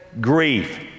grief